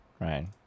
Right